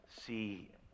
see